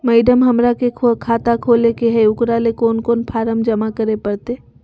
Madam, हमरा के खाता खोले के है उकरा ले कौन कौन फारम जमा करे परते?